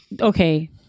Okay